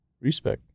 Respect